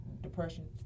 depression